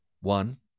One